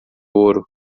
ouro